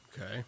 Okay